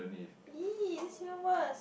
!ee! that's even worse